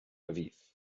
aviv